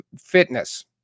fitness